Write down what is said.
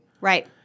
Right